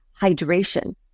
Hydration